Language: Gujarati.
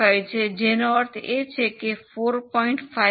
875 છે જેનો અર્થ છે કે 4